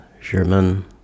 German